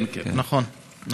נכון.